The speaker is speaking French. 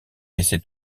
essaient